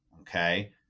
Okay